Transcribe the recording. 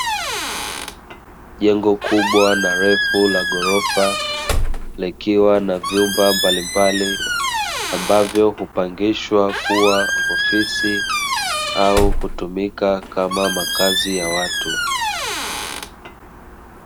Jengo kubwa na refu la ghorofa likiwa na vyumba mbalimbali, ambavyo hupangishwa kua ofisi au kutumika kama makazi ya watu.